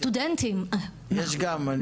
סטודנטים יש גם.